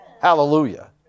Hallelujah